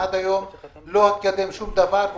עד היום לא התקדם שום דבר.